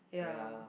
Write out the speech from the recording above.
ya